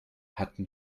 hatten